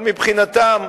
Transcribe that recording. אבל מבחינתם,